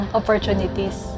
opportunities